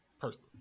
personally